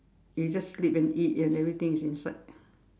you just sleep and eat and everything is inside